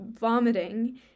vomiting